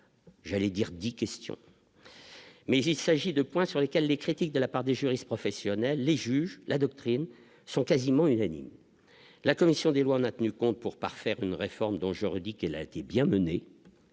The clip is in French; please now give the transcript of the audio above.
j'allais dire 10 questions mais il s'agit de points sur lesquels les critiques de la part des juristes professionnels les juges la doctrine sont quasiment unanimes : la commission des lois, on a tenu compte, pour parfaire une réforme dont je redis qu'elle a été bien menée,